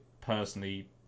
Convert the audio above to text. personally